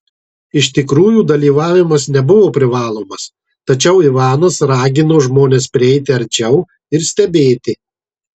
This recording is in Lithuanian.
iš tikrųjų dalyvavimas nebuvo privalomas tačiau ivanas ragino žmones prieiti arčiau ir stebėti